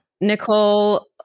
Nicole